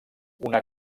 una